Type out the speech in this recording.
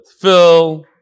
Phil